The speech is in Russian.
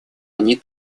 они